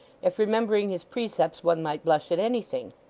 if remembering his precepts, one might blush at anything.